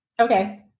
Okay